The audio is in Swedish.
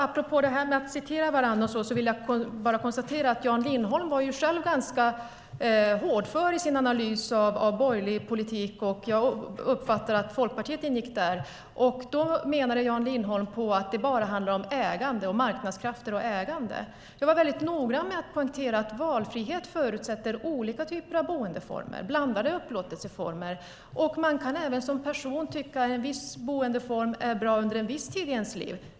Apropå det här med att citera varandra vill jag bara konstatera att Jan Lindholm själv var ganska hårdför i sin analys av borgerlig politik - jag uppfattade att Folkpartiet ingick där. Jan Lindholm menade att det bara handlar om marknadskrafter och ägande. Jag var väldigt noga med att poängtera att valfrihet förutsätter olika typer av boendeformer, blandade upplåtelseformer. En person kan tycka att en viss boendeform är bra under en viss tid i ens liv.